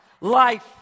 life